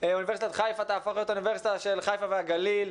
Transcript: אוניברסיטת חיפה תהפוך להיות האוניברסיטה של חיפה והגליל.